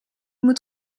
moet